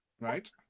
Right